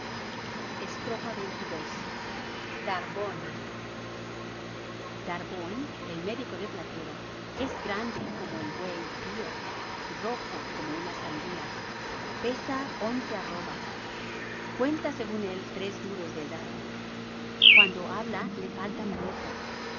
xxii barbón darbón el médico de platero es grande como el buey pío rojo como una sandía pesa once arrobas cuenta según él tres duros de edad cuando habla le faltan notas